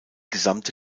gesamte